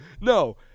No